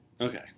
Okay